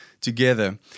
together